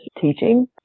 teaching